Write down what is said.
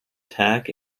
tag